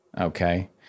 okay